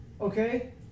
Okay